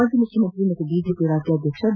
ಮಾಜಿ ಮುಖ್ಯಮಂತ್ರಿ ಹಾಗೂ ಬಿಜೆಪಿ ರಾಜ್ಯಾಧ್ಯಕ್ಷ ಬಿ